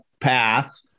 path